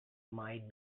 might